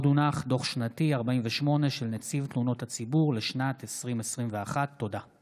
דוח שנתי 48 של נציב תלונות הציבור לשנת 2021. תודה.